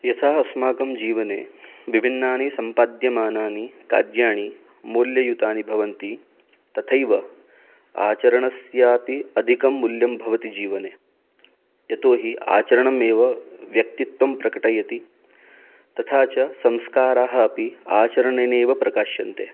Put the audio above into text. यथा अस्माकं जीवने विभिन्नानि सम्पाद्यमानानि कार्याणि मूल्ययुतानि भवन्ति तथैव आचरणस्यापि अधिकं मूल्यं भवति जीवने यतो हि आचरणम् एव व्यक्तित्वं प्रकटयति तथा च संस्काराः अपि आचरणेनेव प्रकाशन्ते